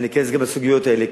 אני אכנס גם לסוגיות האלה.